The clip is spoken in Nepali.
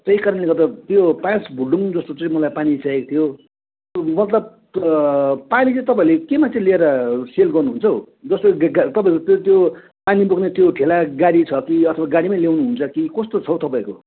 त्यही कारणले गर्दा त्यो पाँच भुल्डुङ जस्तो चाहिँ मलाई पानी चाहिएको थियो मतलब पानी चाहिँ तपाईँहरूले केमा चाहिँ लिएर सेल गर्नुहुन्छ हौ जस्तो तपाईँहरूको त्यो त्यो पानी बेक्ने त्यो ठेला गाडी छ कि आफ्नो गाडीमै ल्याउनुहुन्छ कि कस्तो छ हौ तपाईँहरूको